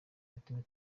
yatumye